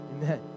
Amen